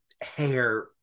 hair